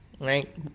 right